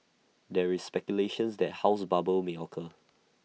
there is speculations that house bubble may occur